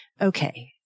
Okay